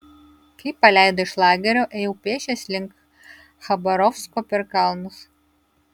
kai paleido iš lagerio ėjau pėsčias link chabarovsko per kalnus